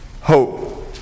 hope